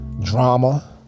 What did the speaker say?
drama